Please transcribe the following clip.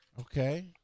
Okay